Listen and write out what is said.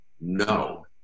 No